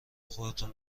خودتون